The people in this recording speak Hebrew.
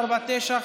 149)